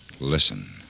Listen